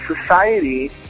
society